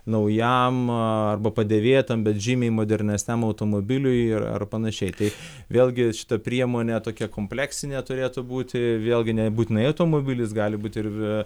naujam arba padėvėtam bet žymiai modernesniam automobiliui ir ar panašiai tai vėlgi šita priemonė tokia kompleksinė turėtų būti vėlgi nebūtinai automobilis gali būti ir